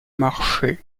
marché